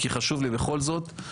כי חשוב לי בכל זאת.